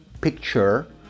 picture